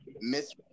miss